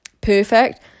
perfect